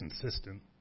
consistent